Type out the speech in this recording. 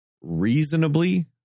reasonably